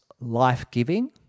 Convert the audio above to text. life-giving